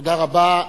תודה רבה.